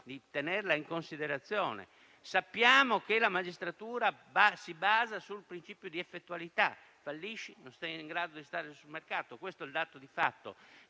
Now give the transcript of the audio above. di tenerla in considerazione. Sappiamo che la magistratura si basa sul principio di effettualità: se si fallisce, non si è in grado di stare sul mercato, questo è il dato di fatto.